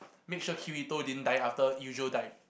make sure Kirito didn't die after Eugeo died